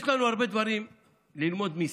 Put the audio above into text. יש לנו הרבה דברים ללמוד מסין.